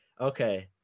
Okay